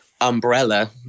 umbrella